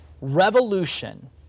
Revolution